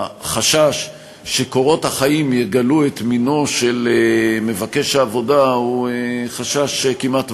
החשש שקורות החיים יגלו את מינו של מבקש העבודה הוא חשש כמעט ודאי.